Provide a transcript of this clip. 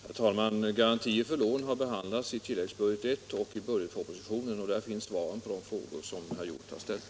Herr talman! Garantier för lån har behandlats i tilläggsbudget 1 och i budgetpropositionen. Där finns svaren på de frågor som herr Hjorth har ställt.